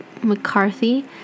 McCarthy